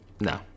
no